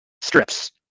strips